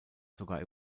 sogar